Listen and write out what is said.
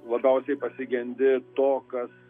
labiausiai pasigendi to kas